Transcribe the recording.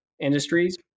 industries